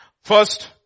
First